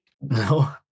No